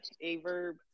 A-Verb